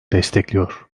destekliyor